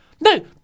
no